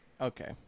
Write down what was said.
Okay